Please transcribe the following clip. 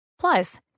Plus